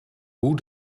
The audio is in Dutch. hoe